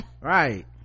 right